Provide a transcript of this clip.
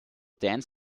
dance